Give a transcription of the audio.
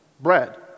bread